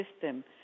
system